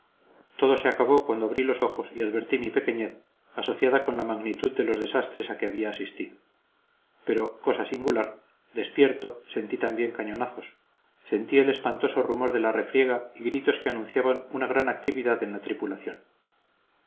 todo se acabó cuando abrí los ojos y advertí mi pequeñez asociada con la magnitud de los desastres a que había asistido pero cosa singular despierto sentí también cañonazos sentí el espantoso rumor de la refriega y gritos que anunciaban una gran actividad en la tripulación